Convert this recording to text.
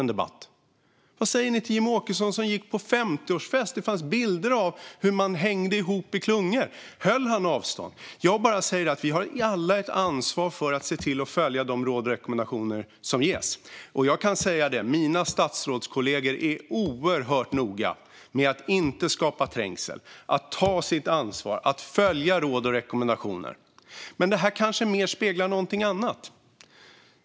Vad säger ni till Jimmie Åkesson, som gick på 50-årsfest? Det fanns bilder på hur man hängde ihop i klungor. Höll han avstånd? Vi har alla ett ansvar för att följa de råd och rekommendationer som ges. Och det kan jag säga: Mina statsrådskollegor är oerhört noga med att inte skapa trängsel, att ta sitt ansvar och att följa råd och rekommendationer. Det här kanske mer speglar någonting annat.